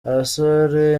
abasore